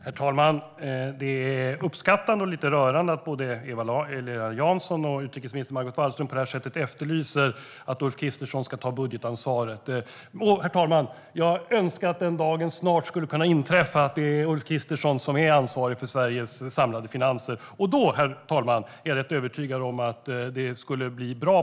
Herr talman! Det är uppskattat och lite rörande att både Eva-Lena Jansson och utrikesminister Margot Wallström efterlyser att Ulf Kristersson ska ta budgetansvaret. Jag önskar att den dagen snart kunde inträffa att det är Ulf Kristersson som är ansvarig för Sveriges samlade finanser. Då skulle det, herr talman, bli bra på många sätt. Det är jag rätt övertygad om.